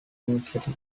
university